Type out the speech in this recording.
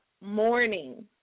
morning